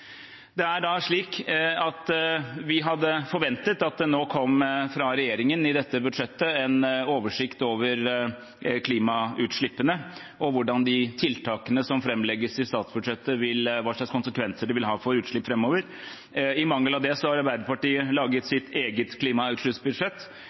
Vi hadde forventet at det i dette budsjettet fra regjeringen kom en oversikt over klimautslippene og hvilke konsekvenser tiltakene som framlegges i statsbudsjettet, vil ha for utslipp framover. I mangel av det har Arbeiderpartiet laget